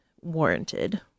warranted